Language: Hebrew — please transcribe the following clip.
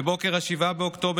בבוקר 7 באוקטובר,